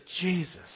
Jesus